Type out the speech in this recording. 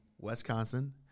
Wisconsin